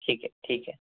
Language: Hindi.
ठीक है ठीक है